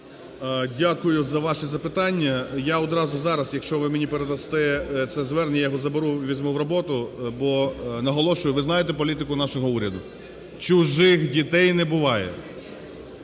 Дякую, за ваше запитання. Я одразу зараз, якщо ви мені передасте це звернення, я його заберу, візьму в роботу. Бо, наголошую, ви знаєте політику нашого уряду: чужих дітей не буває.